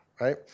right